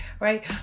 right